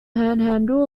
panhandle